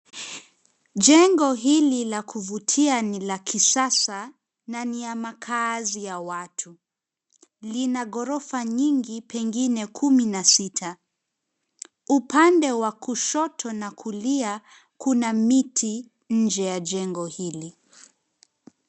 Jengo hili la kuvutia ni la kisasa na ni ya makaazi ya watu. Lina ghorofa nyingi, pengine kumi na sita. Upande wa kushoto na kulia kuna miti nje ya jengo hili.